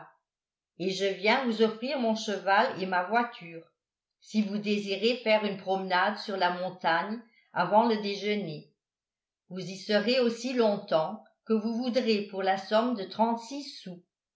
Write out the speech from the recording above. et je viens vous offrir mon cheval et ma voiture si vous désirez faire une promenade sur la montagne avant le déjeuner vous y serez aussi longtemps que vous voudrez pour la somme de trente-six sous